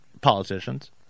politicians